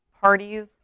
parties